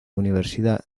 universidad